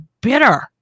bitter